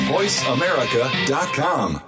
VoiceAmerica.com